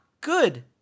good